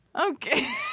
Okay